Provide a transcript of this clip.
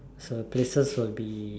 so places will be